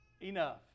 enough